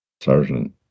Sergeant